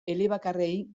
elebakarrei